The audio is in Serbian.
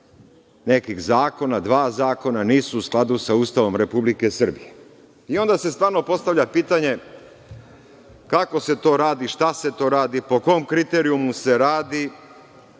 nekih zakona, dva zakona, nisu u skladu sa Ustavom Republike Srbije. Onda se stalno postavlja pitanje – kako se to radi, šta se to radi, po kom kriterijumu se radi?